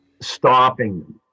stopping